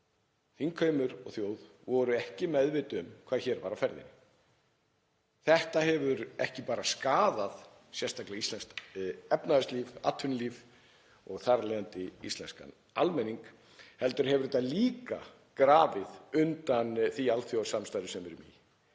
þingheimur og þjóð voru ekki meðvituð um hvað hér var á ferðinni. Þetta hefur ekki bara skaðað sérstaklega íslenskt efnahagslíf, atvinnulíf og þar af leiðandi íslenskan almenning heldur hefur þetta líka grafið undan því alþjóðasamstarfi sem við erum í.